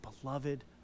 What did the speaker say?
beloved